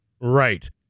Right